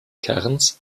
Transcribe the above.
kerns